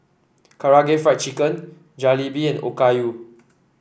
Karaage Fried Chicken Jalebi and Okayu